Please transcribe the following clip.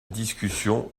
discussion